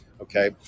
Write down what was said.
okay